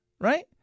Right